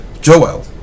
Joel